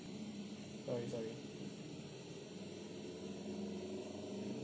sorry sorry